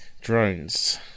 Drones